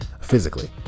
physically